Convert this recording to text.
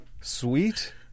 sweet